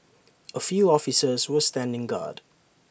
A few officers were standing guard